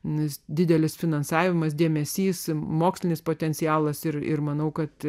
nes didelis finansavimas dėmesys mokslinis potencialas ir ir manau kad